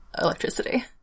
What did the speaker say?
electricity